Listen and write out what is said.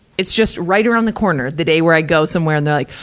it's just right around the corner, the day where i go somewhere and they're like,